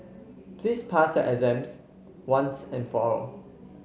please pass your exams once and for all